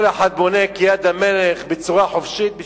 כל אחד בונה כיד המלך בצורה חופשית.